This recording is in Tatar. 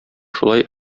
шулай